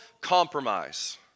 compromise